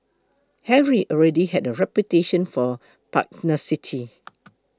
Harry already had a reputation for pugnacity